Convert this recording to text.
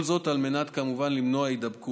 כל זאת, על מנת, כמובן, למנוע הידבקות.